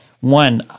One